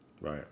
Right